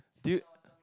do you